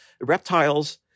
reptiles